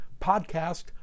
podcast